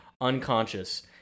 unconscious